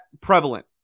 prevalent